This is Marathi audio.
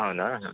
हो ना हां